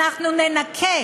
אנחנו ננכה